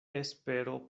espero